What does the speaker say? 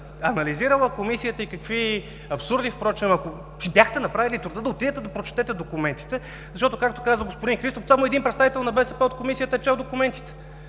анализирала Комисията и какви абсурди! Да бяхте си направили труда да отидете и прочетете документите, защото, както каза господин Христов, само един представител на Комисията от БСП е чел документите.